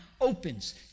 Opens